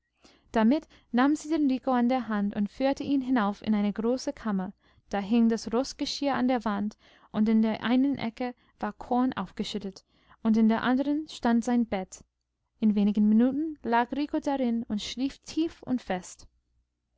damit nahm sie den rico an der hand und führte ihn hinauf in eine große kammer da hing das roßgeschirr an der wand und in der einen ecke war korn aufgeschüttet und in der anderen stand sein bett in wenigen minuten lag rico darin und schlief tief und fest